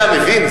אתה מבין?